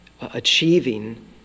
achieving